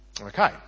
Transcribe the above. Okay